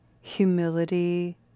humility